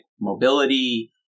mobility